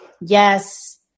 yes